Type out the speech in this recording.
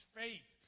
faith